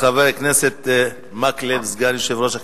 חבר הכנסת מקלב, סגן יושב-ראש הכנסת,